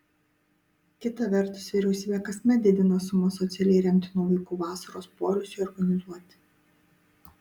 kita vertus vyriausybė kasmet didina sumas socialiai remtinų vaikų vasaros poilsiui organizuoti